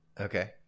Okay